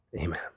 amen